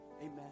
amen